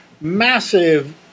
massive